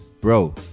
bro